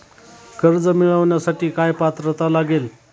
कर्ज मिळवण्यासाठी काय पात्रता लागेल?